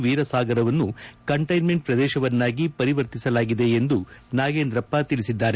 ವೀರಸಾಗರವನ್ನು containment ಪ್ರದೇಶವನ್ನಾಗಿ ಪರಿವರ್ತಿಸಲಾಗಿದೆ ಎಂದು ನಾಗೇಂದ್ರಪ್ಪ ತಿಳಿಸಿದ್ದಾರೆ